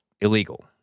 illegal